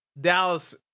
Dallas